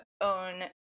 own